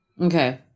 Okay